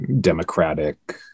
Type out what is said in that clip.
democratic